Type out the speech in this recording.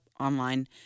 Online